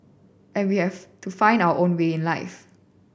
and we have to find our own way in life